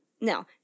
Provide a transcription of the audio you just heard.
No